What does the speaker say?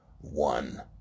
one